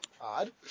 Odd